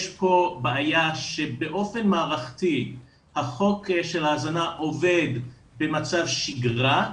יש פה בעיה שבאופן מערכתי החוק של ההזנה עובד במצב שגרה,